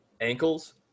ankles